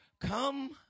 Come